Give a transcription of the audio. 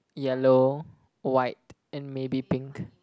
yellow white and maybe pink